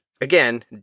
again